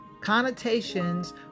connotations